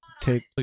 take